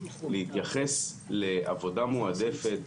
להתייחס לעבודה מועדפת,